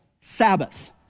Sabbath